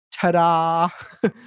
ta-da